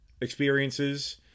experiences